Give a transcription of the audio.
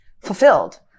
fulfilled